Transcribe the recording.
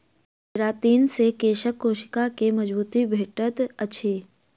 keratin से केशक कोशिका के मजबूती भेटैत अछि